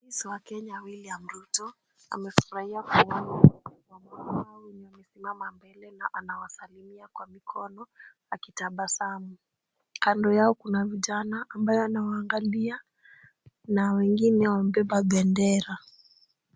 Rais wa Kenya William Ruto amefurahia kuona wamama wenye wamesimama mbele na anawasalimia kwa mikono akitabasamu, kando yao kuna vijana ambayo anawaangalia na wengine wamebeba bendera.